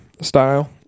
style